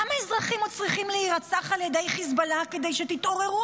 כמה אזרחים עוד צריכים להירצח על ידי חיזבאללה כדי שתתעוררו?